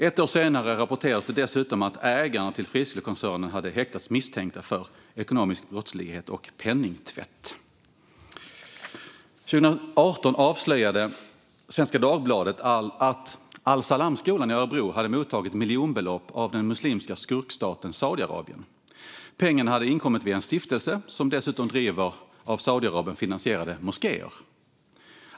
Ett år senare rapporterades det dessutom att ägarna till friskolekoncernen hade häktats misstänkta för ekonomisk brottslighet och penningtvätt. År 2018 avslöjade Svenska Dagbladet att Alsalamskolan i Örebro hade mottagit miljonbelopp av den muslimska skurkstaten Saudiarabien. Pengarna hade inkommit via en stiftelse, som också driver av Saudiarabien finansierade moskéer.